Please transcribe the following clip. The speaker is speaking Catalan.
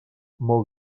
molt